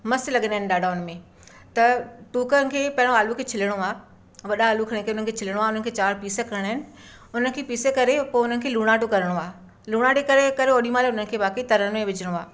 मस्तु लॻंदा आहिनि ॾाढा हुन में त टूकनि खे पहिरों आलू खे छिलणो आहे वॾा आलू खणी करे उन्हनि खे छिलणो आहे उन्हनि खे चार पीस करिणा आहिनि उन खे पीसे करे पोइ उन्हनि खे लुणाटो करिणो आहे लुणाटे करे करे ओॾी महिल उन्हनि खे बाक़ी तरण में विझणो आहे